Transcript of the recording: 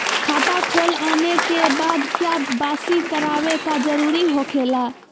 खाता खोल आने के बाद क्या बासी करावे का जरूरी हो खेला?